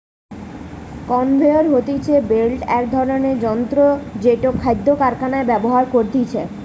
conveyor হতিছে belt এক ধরণের যন্ত্র জেটো খাদ্য কারখানায় ব্যবহার করতিছে